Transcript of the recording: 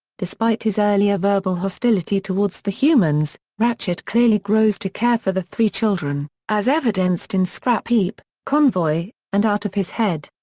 despite his earlier verbal hostility towards the humans, ratchet clearly grows to care for the three children, as evidenced in scrapheap, convoy, and out of his head.